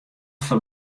foar